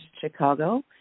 chicago